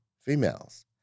females